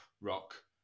rock